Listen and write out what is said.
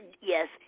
Yes